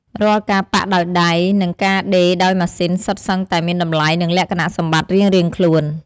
រាល់ការប៉ាក់ដោយដៃ និងការដេរដោយម៉ាស៊ីនសុទ្ធសឹងតែមានតម្លៃ និងលក្ខណៈសម្បត្តិរៀងៗខ្លួន។